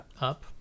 up